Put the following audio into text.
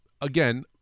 again